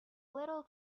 little